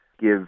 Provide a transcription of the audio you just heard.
give